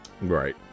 Right